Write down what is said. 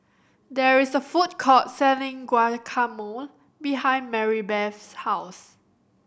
there is a food court selling Guacamole behind Marybeth's house